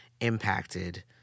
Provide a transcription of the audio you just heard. impacted